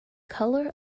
colour